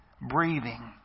Breathing